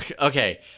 okay